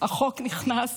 החוק נכנס